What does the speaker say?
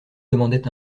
demandait